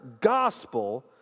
gospel